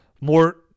more